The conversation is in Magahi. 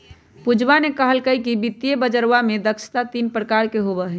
पूजवा ने कहल कई कि वित्तीय बजरवा में दक्षता तीन प्रकार के होबा हई